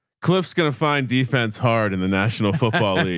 cliff's going to find defense hard in the national football league.